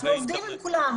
אנחנו עובדים עם כולם,